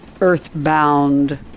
earthbound